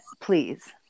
please